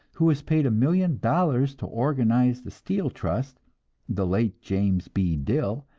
who was paid a million dollars to organize the steel trust the late james b. dill,